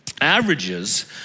averages